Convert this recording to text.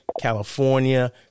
California